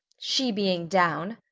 she being down,